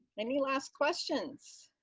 any last questions?